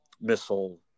missile